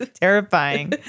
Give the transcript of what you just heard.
Terrifying